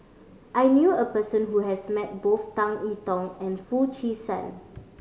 I knew a person who has met both Tan I Tong and Foo Chee San